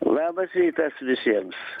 labas rytas visiems